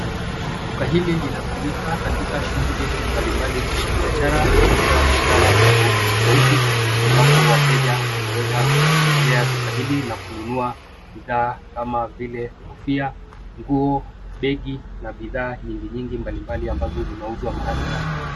Duka hili linatumika katika shughuli mbali mbali za kibiashara kuuza bidhaa tofauti tofauti ambapo wateja wanaweza kutembelea duka hili na kununua bidhaa kama vile: kofia, nguo, begi na bidhaa nyingi nyingi mbali mbali ambazo zinauzwa mahali hapa.